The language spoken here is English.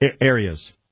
areas